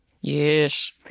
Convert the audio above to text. Yes